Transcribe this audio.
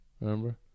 remember